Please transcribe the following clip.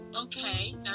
Okay